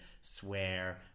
swear